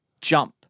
jump